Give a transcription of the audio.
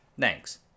Thanks